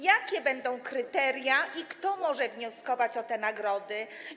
Jakie będą kryteria i kto może wnioskować o te nagrody?